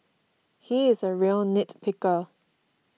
he is a real nit picker